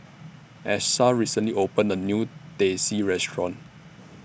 Achsah recently opened A New Teh C Restaurant